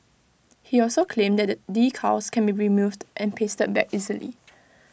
he also claimed that the decals can be removed and pasted back easily